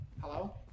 hello